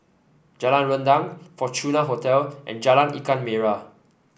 Jalan Rendang Fortuna Hotel and Jalan Ikan Merah